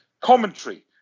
commentary